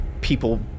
people